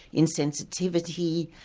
insensitivity,